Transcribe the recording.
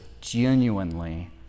genuinely